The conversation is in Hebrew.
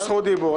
זכות דיון.